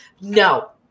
no